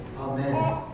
Amen